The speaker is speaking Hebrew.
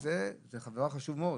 זה דבר חשוב מאוד,